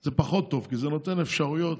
זה פחות טוב, כי זה נותן אפשרויות